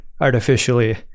Artificially